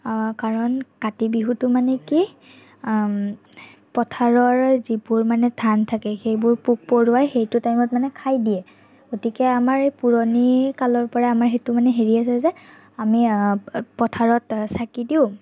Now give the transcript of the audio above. কাৰণ কাতিবিহুতো মানে কি পথাৰৰ যিবোৰ মানে ধান থাকে সেইবোৰ পোক পৰুৱাই সেইটো টাইমত মানে খাই দিয়ে গতিকে আমাৰ পুৰণি কালৰ পৰা আমাৰ সেইটো মানে হেৰি আছে যে আমি পথাৰত চাকি দিওঁ